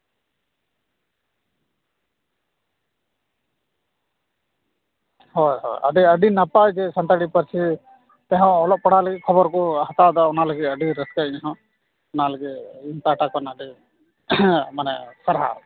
ᱦᱳᱭᱼᱦᱳᱭ ᱟᱹᱰᱤ ᱱᱟᱯᱟᱭ ᱜᱮ ᱥᱟᱱᱛᱟᱲᱤ ᱯᱟᱹᱨᱥᱤ ᱛᱮᱦᱚᱸ ᱚᱞᱚᱜ ᱯᱟᱲᱦᱟᱜ ᱞᱟᱹᱜᱤᱫ ᱠᱷᱚᱵᱚᱨ ᱠᱚ ᱦᱟᱛᱟᱣᱫᱟ ᱚᱱᱟ ᱞᱟᱹᱜᱤᱫ ᱟᱹᱰᱤ ᱨᱟᱹᱥᱠᱟᱹ ᱤᱧᱦᱚᱸ ᱚᱱᱟ ᱞᱟᱹᱜᱤᱫ ᱤᱧ ᱯᱟᱦᱴᱟ ᱠᱷᱚᱱ ᱟᱹᱰᱤ ᱢᱟᱱᱮ ᱥᱟᱨᱦᱟᱣ